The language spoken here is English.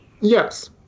Yes